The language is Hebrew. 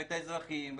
את האזרחים,